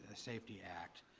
ah safety act.